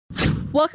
Welcome